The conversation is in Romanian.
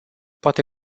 poate